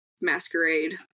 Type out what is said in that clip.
Masquerade